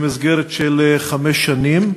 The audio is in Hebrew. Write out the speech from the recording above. במסגרת של חמש שנים,